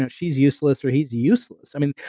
she's useless or he's useless. i mean,